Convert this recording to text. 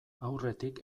aurretik